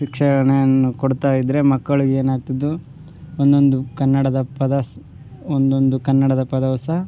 ಶಿಕ್ಷಣೆಯನ್ನು ಕೊಡ್ತಾ ಇದ್ರೆ ಮಕ್ಕಳಿಗೆ ಏನಾಗ್ತದು ಒಂದೊಂದು ಕನ್ನಡದ ಪದಸಹ ಒಂದೊಂದು ಕನ್ನಡದ ಪದವು ಸಹ